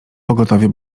pogotowie